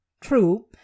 True